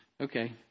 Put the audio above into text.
Okay